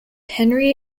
henri